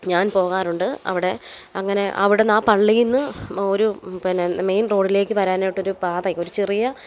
ഞാൻ പോകാറുണ്ട് അവിടെ അങ്ങനെ അവിടുന്നാണ് പള്ളീന്ന് ഒരു പിന്നെ മെയിൻ റോഡിലേക്ക് വരാനായിട്ടൊരു പാത ഒരു ചെറിയ